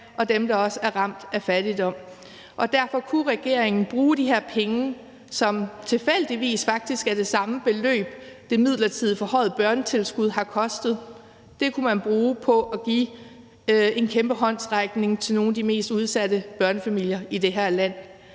og dem, der også er ramt af fattigdom. Derfor kunne regeringen bruge de her penge, der faktisk tilfældigvis er det samme beløb, som det midlertidige forhøjede børnetilskud har kostet, på at give en kæmpe håndsrækning til nogle af de mest udsatte børnefamilier i det her land.